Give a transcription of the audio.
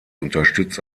unterstützt